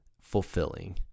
fulfilling